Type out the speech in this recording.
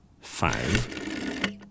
five